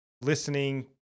listening